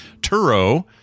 Turo